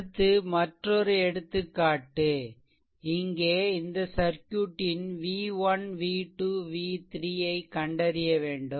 அடுத்து மற்றொரு எடுத்துக்காட்டு இங்கே இந்த சர்க்யூட்டின் v1 v2 v3 கண்டறிய வேண்டும்